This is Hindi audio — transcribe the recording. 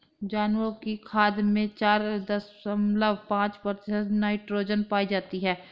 जानवरों की खाद में चार दशमलव पांच प्रतिशत नाइट्रोजन पाई जाती है